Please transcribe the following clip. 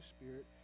Spirit